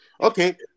Okay